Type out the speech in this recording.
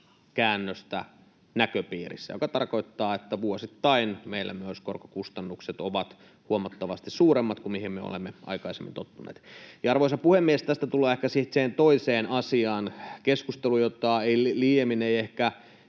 käännöstä näköpiirissä, mikä tarkoittaa, että vuosittain meillä myös korkokustannukset ovat huomattavasti suuremmat kuin mihin me olemme aikaisemmin tottuneet. Arvoisa puhemies! Tästä tullaan ehkä sitten siihen toiseen asiaan, keskusteluun, jota ei liiemmin ehkä